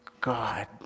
God